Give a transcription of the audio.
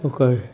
ओकर